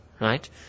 right